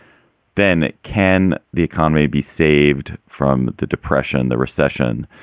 then can the economy be saved from the depression, the recession,